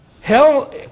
Hell